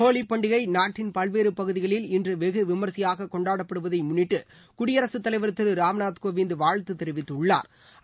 ஹோலி பண்டிகை நாட்டின் பல்வேறு பகுதிகளில் இன்று வெகு விம்சையாக கொண்டாடப்படுவதை முன்னிட்டு குடியரசுத் தலைவர் திரு ராம்நாத் கோவிந்த் வாழ்த்து தெரிவித்துள்ளா்